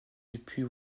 depuis